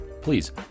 Please